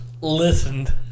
listened